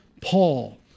Paul